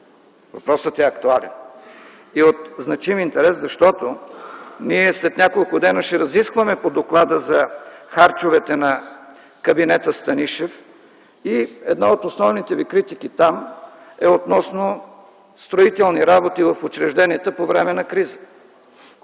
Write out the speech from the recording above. Въпросът е актуален и от значим интерес, защото ние след няколко дни ще разискваме по Доклада за харчовете на кабинета „Станишев” и една от основните Ви критики там е относно строителни работи в учрежденията по време на криза.